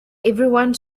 everyone